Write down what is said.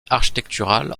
architectural